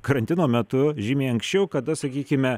karantino metu žymiai anksčiau kada sakykime